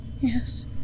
Yes